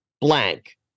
blank